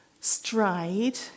stride